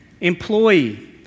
Employee